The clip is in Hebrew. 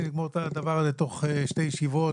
לגמור את הדבר הזה בתוך שתי ישיבות.